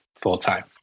full-time